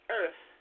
earth